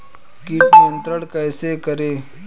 कीट नियंत्रण कैसे करें?